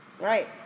Right